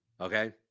Okay